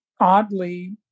oddly